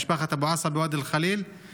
משפחת אבו עסא בוואדי ח'ליל,